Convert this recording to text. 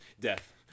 Death